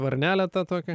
varnelę tą tokią